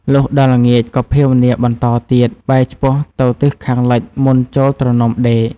លុះដល់ល្ងាចក៏ភាវនាបន្ដទៀត បែរឆ្ពោះទៅទិសខាងលិចមុនចូលទ្រនំដេក។